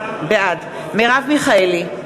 בעד מרב מיכאלי,